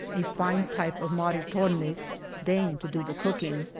a fine type of maritdrnesy deigned to do the cooking.